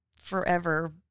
forever